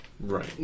Right